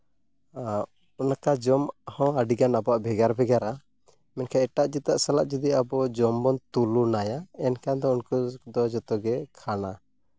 ᱟᱨ ᱚᱱᱠᱟ ᱡᱚᱢ ᱦᱚᱸ ᱟᱹᱰᱤ ᱜᱟᱱ ᱟᱵᱚᱣᱟᱜ ᱵᱷᱮᱜᱟᱨ ᱵᱷᱮᱜᱟᱨᱟ ᱢᱮᱱᱠᱷᱟᱱ ᱮᱴᱟᱜ ᱡᱟᱹᱛᱟᱜ ᱥᱟᱞᱟᱜ ᱡᱩᱫᱤ ᱟᱵᱚ ᱡᱚᱢ ᱵᱚᱱ ᱛᱩᱞᱚᱱᱟᱭᱟ ᱮᱱᱠᱷᱟᱱ ᱫᱚ ᱩᱱᱠᱩ ᱫᱚ ᱡᱚᱛᱚᱜᱮ ᱠᱷᱟᱱᱟ